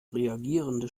reagierende